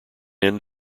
end